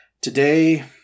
today